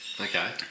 Okay